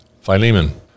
Philemon